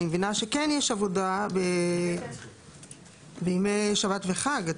אני מבינה שכן יש עבודה בימי שבת וחג.